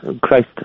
Christ